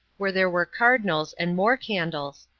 where there were cardinals and more candles.